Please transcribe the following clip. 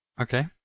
Okay